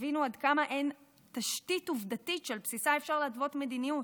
תבינו עד כמה אין תשתית עובדתית שעל בסיסה אפשר להתוות מדיניות.